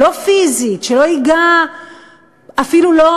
לא פיזית, שלא ייגע אפילו לא